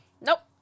nope